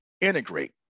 integrate